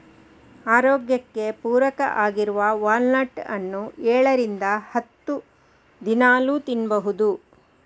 ಆರೋಗ್ಯಕ್ಕೆ ಪೂರಕ ಆಗಿರುವ ವಾಲ್ನಟ್ ಅನ್ನು ಏಳರಿಂದ ಹತ್ತು ದಿನಾಲೂ ತಿನ್ಬಹುದು